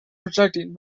projecting